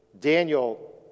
Daniel